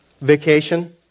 vacation